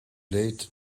late